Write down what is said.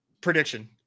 prediction